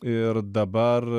ir dabar